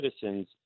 citizens